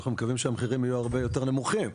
אנחנו מקווים שהמחירים יהיו הרבה יותר נמוכים.